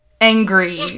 angry